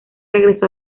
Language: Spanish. regresó